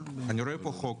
אני רואה פה חוק